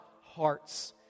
hearts